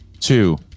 two